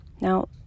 Now